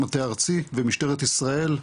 מטה הארצי ומשטרת ישראל,